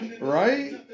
right